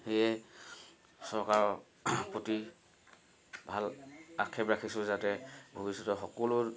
সেয়ে চৰকাৰৰ প্ৰতি ভাল আক্ষেপ ৰাখিছোঁ যাতে ভৱিষ্যতে সকলো